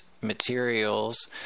materials